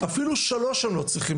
אפילו שלוש הם לא צריכים.